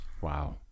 Wow